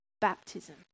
baptism